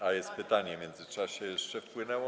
A, jest pytanie, w międzyczasie jeszcze wpłynęło.